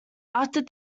after